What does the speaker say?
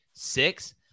Six